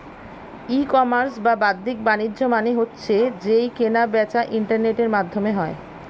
ই commerce বা বাদ্দিক বাণিজ্য মানে হচ্ছে যেই কেনা বেচা ইন্টারনেটের মাধ্যমে হয়